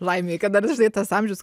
laimei kad dar dažnai tas amžius